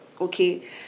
okay